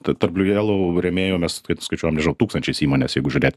ta ta bliu jelou rėmėjomis kad skaičiuojam nežinau tūkstančiais įmones jeigu žiūrėt